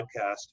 podcast